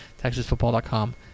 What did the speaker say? Texasfootball.com